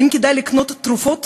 האם כדאי לקנות תרופות